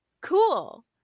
Cool